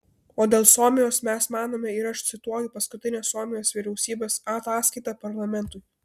o dėl suomijos mes manome ir aš cituoju paskutinę suomijos vyriausybės ataskaitą parlamentui